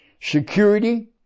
security